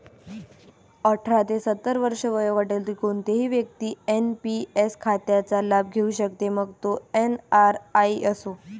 अठरा ते सत्तर वर्षे वयोगटातील कोणतीही व्यक्ती एन.पी.एस खात्याचा लाभ घेऊ शकते, मग तो एन.आर.आई असो